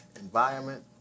environment